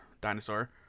dinosaur